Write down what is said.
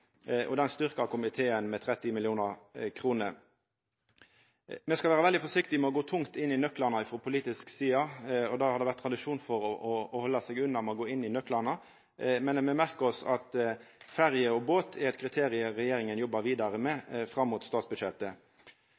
Den styrkjer komiteen med 30 mill. kr. Me skal vera veldig forsiktige med å gå tungt inn i nøklane frå politisk side. Det har vore tradisjon for å halda seg unna å gå inn i nøklane, men me merkjer oss at ferje og båt er kriterium regjeringa jobbar vidare med fram mot statsbudsjettet.